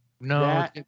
no